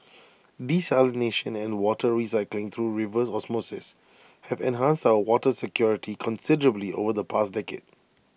desalination and water recycling through reverse osmosis have enhanced our water security considerably over the past decade